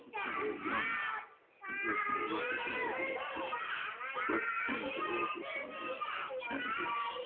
some of the young congressional representatives who so ah came into office on the sanders